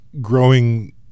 growing